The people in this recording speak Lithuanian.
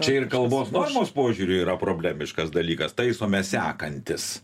čia ir kalbos normos požiūriu yra problemiškas dalykas taisome sekantis